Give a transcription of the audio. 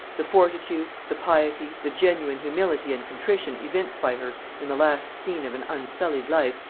the fortitude, the piety, the genuine humility and contrition evinced by her in the last scene of an unsullied life,